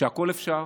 שהכול אפשר,